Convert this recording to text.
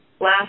Last